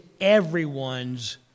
everyone's